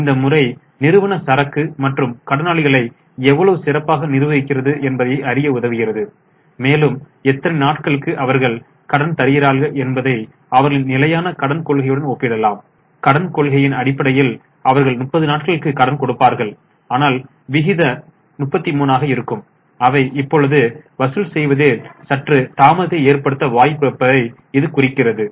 மேலும் இந்த முறை நிறுவனச் சரக்கு மற்றும் கடனாளிகளை எவ்வளவு சிறப்பாக நிர்வகிக்கிறது என்பதை அறிய உதவுகிறது மேலும் எத்தனை நாட்களுக்கு அவர்கள் கடன் தருகிறார்கள் என்பதை அவர்களின் நிலையான கடன் கொள்கையுடன் ஒப்பிடலாம் கடன் கொள்கையின் அடிப்படையில் அவர்கள் 30 நாட்களுக்கு கடன் கொடுப்பார்கள் ஆனால் விகிதம் 33 ஆக இருக்கும் அவை இப்பொழுது வசூல் செய்வதில் சற்று தாமதத்தை ஏற்படுத்த வாய்ப்பு இருப்பதை இது குறிக்கிறது